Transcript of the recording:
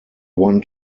one